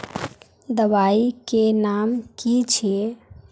दबाई के नाम की छिए?